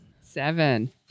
Seven